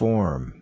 Form